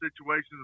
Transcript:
situations